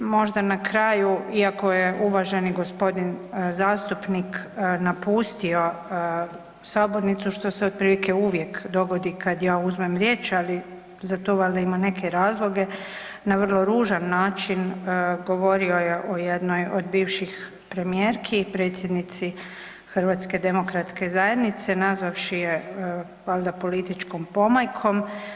Možda na kraju iako je uvaženi gospodin zastupnik napustio sabornicu što se otprilike uvijek dogodi kad ja uzmem riječ, ali za to valjda ima neke razloge na vrlo ružan način govorio je o jednoj od bivših premijerki i predsjednici Hrvatske demokratske zajednice nazvavši je valjda političkom pomajkom.